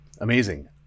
Amazing